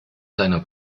seiner